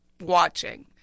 watching